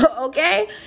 Okay